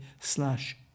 slash